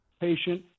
patient